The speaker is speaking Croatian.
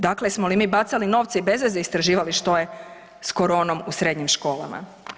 Dakle, jesmo li mi bacali novce i bez veze istraživali što je s koronom u srednjim školama?